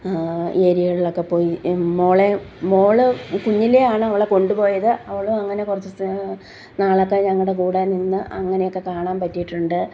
ഏരിയകളൊക്കെ പോയി മോളെ മോൾ കുഞ്ഞിലെ ആണ് അവളെ കൊണ്ടുപോയത് അവൾ അങ്ങനെ കുറച്ച് നാളൊക്കെ ഞങ്ങളുടെ കൂടെ നിന്ന് അങ്ങനെയൊക്കെ കാണാൻ പറ്റിയിട്ടുണ്ട്